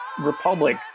Republic